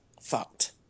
fucked